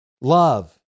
love